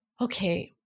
okay